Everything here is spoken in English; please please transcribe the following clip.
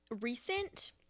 recent